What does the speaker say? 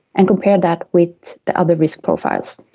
and compared that with the other risk profiles.